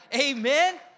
Amen